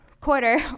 quarter